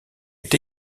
est